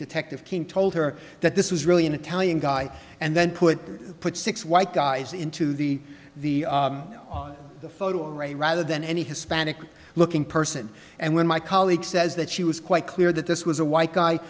detective king told her that this was really an italian guy and then put put six white guys into the the photo array rather than any hispanic looking person and when my colleague says that she was quite clear that this was a white guy